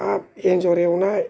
हाब एन्जर एवनाय